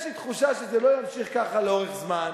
יש לי תחושה שזה לא ימשיך ככה לאורך זמן.